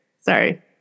sorry